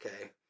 okay